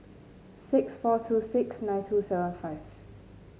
six four two six nine two seven five